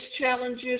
challenges